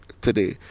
today